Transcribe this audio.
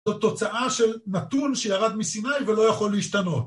זאת תוצאה של נתון שירד מסיני ולא יכול להשתנות.